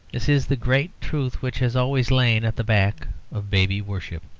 this is the great truth which has always lain at the back of baby-worship,